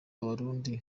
abarundi